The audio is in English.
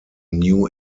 new